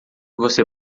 você